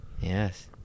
Yes